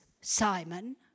Simon